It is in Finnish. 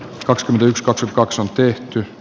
kakskytyks kaks kaksoltyi